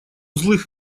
злых